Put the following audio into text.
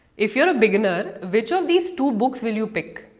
if you are a beginner, which of these two books will you pick?